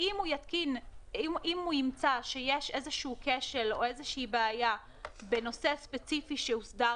אם הוא ימצא שיש כשל או בעיה בנושא ספציפי שהוסדר